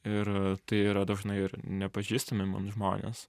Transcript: ir tai yra dažnai ir nepažįstami man žmonės